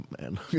man